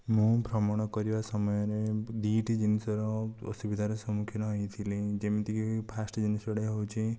ମୁଁ ଭ୍ରମଣ କରିବା ସମୟରେ ଦୁଇଟି ଜିନିଷର ଅସୁବିଧାର ସମ୍ମୁଖୀନ ହେଇଥିଲି ଯେମିତିକି ଫାର୍ଷ୍ଟ୍ ଜିନିଷଟା ହେଉଛି